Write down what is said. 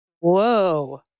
Whoa